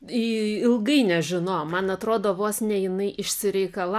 į ilgai nežinojom man atrodo vos ne jinai išsireikala